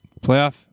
Playoff